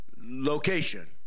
location